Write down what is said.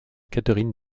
catherine